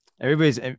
everybody's